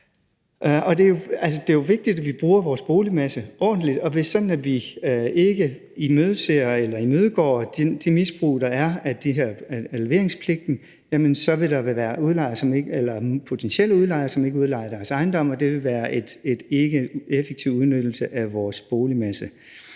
det er jo vigtigt, at vi bruger vores boligmasse ordentligt, og hvis det er sådan, at vi ikke imødegår det misbrug, der er, så vil der være potentielle udlejere, som ikke udlejer deres ejendomme, og det vil ikke være en effektiv udnyttelse af vores boligmasse.